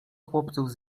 chłopców